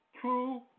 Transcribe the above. true